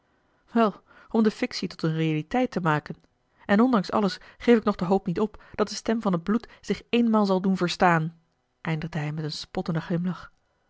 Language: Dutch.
om de fictie tot eene realiteit te maken en ondanks alles geef ik nog de hoop niet op dat de stem van het bloed zich eenmaal zal doen verstaan eindigde hij met een